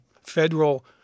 federal